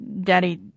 Daddy